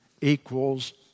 equals